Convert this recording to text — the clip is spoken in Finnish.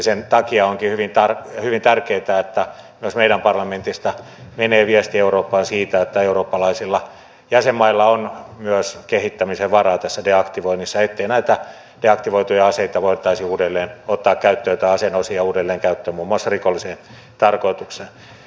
sen takia onkin hyvin tärkeätä että myös meidän parlamentista menee viesti eurooppaan siitä että eurooppalaisilla jäsenmailla on myös kehittämisen varaa tässä deaktivoinnissa ettei näitä deaktivoituja aseita tai aseen osia voitaisi uudelleen ottaa käyttöön muun muassa rikolliseen tarkoitukseen